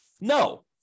No